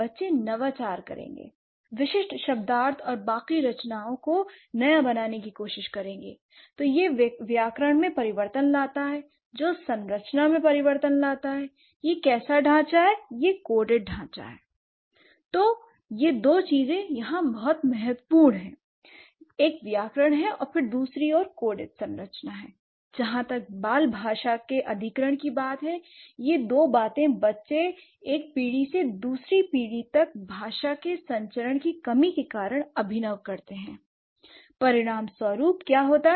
बच्चे नवाचार करेंगे विशिष्ट शब्दार्थ और बाकी रचनाओं को नया बनाने की कोशिश करेंगे l तो यह व्याकरण में परिवर्तन लाता है जो संरचना मैं परिवर्तन लाता है l यह कैसा ढांचा है यह कोटेड ढांचा है l तो यह दो चीजें यहां महत्वपूर्ण है l एक व्याकरण है और फिर दूसरी और कोडेत संरचना है l जहां तक बाल भाषा के अधिग्रहण की बात है यह दो बातें बच्चे एक पीढ़ी से दूसरी पीढ़ी तक भाषा के संचरण की कमी के कारण अभिनव करते हैं l परिणाम स्वरूप क्या होता है